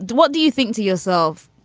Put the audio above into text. what do you think to yourself?